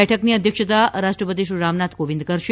બેઠકની અધ્યક્ષતા રાષ્ટ્રપતિ શ્રી રામનાથ કોવિંદ કરશે